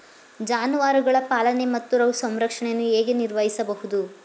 ಜಾನುವಾರುಗಳ ಪಾಲನೆ ಮತ್ತು ಸಂರಕ್ಷಣೆಯನ್ನು ಹೇಗೆ ನಿರ್ವಹಿಸಬಹುದು?